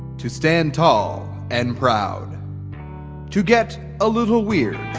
to stand tall and proud to get a little weird